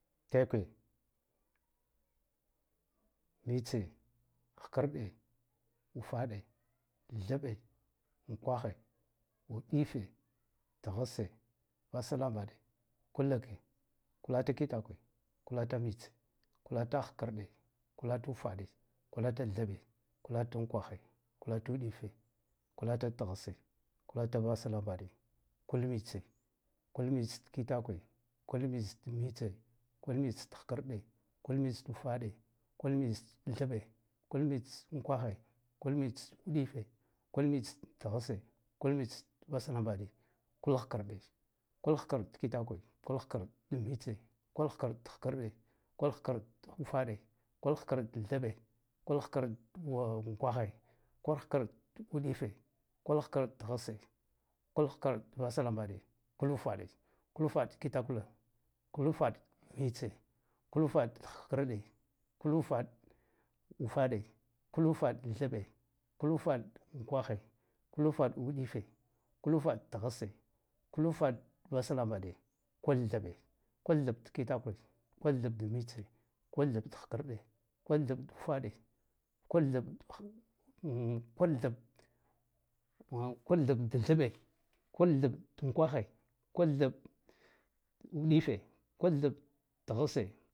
Tekwe, mitse, khkarɗe, ufaɗe, thaɓɓe, unkwakhe, uɗife, tghasse, vaslambaɗe, kullak, kulata kitakwe, kulata mitse, kulata khkarɗe, kulata ufaɗe, kulata thaɓɓ, kulata unkwakh, kulata uɗife, kulata tghasse, kulata vaslambaɗe, kulmitse, kulmitse kitakwe, kulmits mitse, kul mits t khkarɗe, kul mits ufaɗe, kul mits thaɓɓe, kul mits unkwakhe, kul mits uɗife, kul mits tghasse, kul mits vaslambaɗe, kul khkarɗe, kul khkarɗ kitakw, kul khkarɗ mitse, kul khkarɗ t khlarɗe, kul khkarɗ ufaɗe, kul khkarɗ thaɓɓe, kul khkarɗ unkwakhe, kul khkarɗ uɗife, kul khkarɗ tghasse, kul khkarɗ vaslambaɗe, kul ufaɗe, kul ufaɗ t kitakwo, kul ufaɗ t mitse, kul ufaɗ t khkarɗe, kul ufaɗ t ufaɗe, kul ufaɗ t thaɓɓe, kul ufaɗ t unkwakhe, kul ufaɗ t uɗife, kul ufaɗ t tghasse, kul ufaɗ t vaslambaɗe, kul thaɓɓ, kul thaɓ t kitakwe, kul thaɓ t mitse, kul thaɓ t khkarɗe, kul thaɓ t ufaɗe, kul thaɓ kul thaɓ kul thaɓ t thaɓɓe, kul thaɓ t unkwaghe, kul thaɓ t uɗife, kul thaɓ t ghasse.